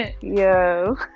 Yo